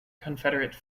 confederate